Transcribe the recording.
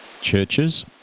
Churches